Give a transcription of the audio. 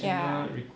ya